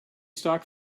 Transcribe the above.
stock